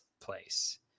place